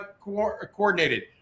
coordinated